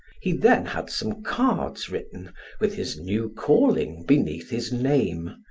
he then had some cards written with his new calling beneath his name,